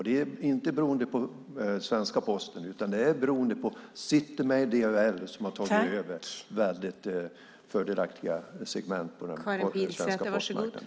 Det beror inte på svenska Posten, utan det beror på City Mail och DHL som tagit över väldigt fördelaktiga segment på den svenska postmarknaden.